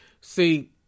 See